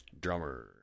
Drummer